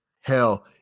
hell